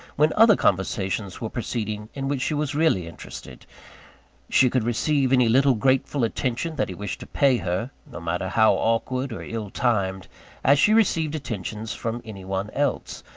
when other conversations were proceeding in which she was really interested she could receive any little grateful attention that he wished to pay her no matter how awkward or ill-timed as she received attentions from any one else,